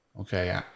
Okay